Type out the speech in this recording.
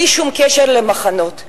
בלי שום קשר למחנות: